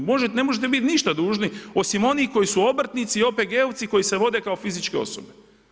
Ne možete biti ništa dužni, osim onih koji su obrtnici i OPG-ovci koji se vode kao fizičke osobe.